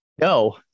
No